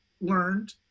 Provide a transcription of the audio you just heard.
learned